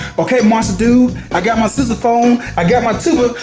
okay monster dude i got my sousaphone, i got my tuba,